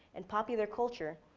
and popular culture,